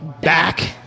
back